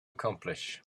accomplish